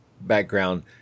background